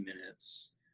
minutes